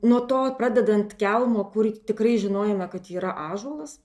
nuo to pradedant kelmo kurį tikrai žinojome kad yra ąžuolas